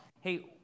hey